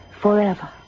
forever